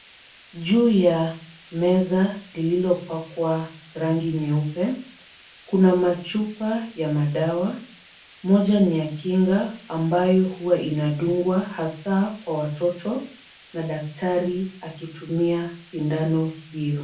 Juu ya meza lililopakwa rangi nyeupe, kuna machupa ya madawa. Moja ni ya kinga ambayo huwa inadungwa hasa kwa watoto na daktari akitumia sindano hiyo.